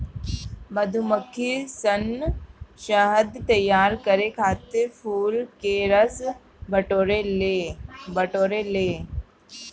मधुमक्खी सन शहद तैयार करे खातिर फूल के रस बटोरे ले